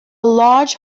large